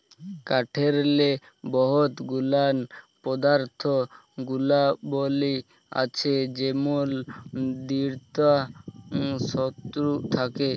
কাঠেরলে বহুত গুলান পদাথ্থ গুলাবলী আছে যেমল দিঢ়তা শক্ত থ্যাকে